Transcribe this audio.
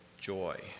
joy